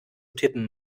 tippen